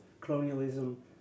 colonialism